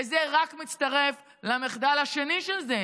וזה רק מצטרף למחדל השני של זה,